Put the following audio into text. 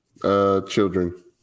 children